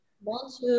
bonjour